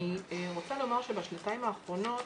אני רוצה לומר שבשנתיים האחרונות